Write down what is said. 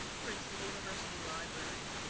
princeton university library.